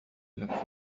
إلى